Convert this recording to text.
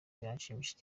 biranshimisha